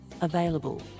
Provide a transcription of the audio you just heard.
available